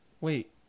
wait